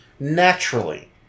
naturally